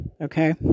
okay